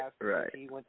Right